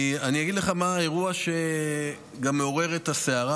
אני אגיד לך מה האירוע שמעורר את הסערה